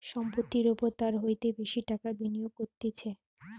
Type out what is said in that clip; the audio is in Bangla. সম্পত্তির ওপর তার হইতে বেশি টাকা বিনিয়োগ করতিছে